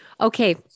Okay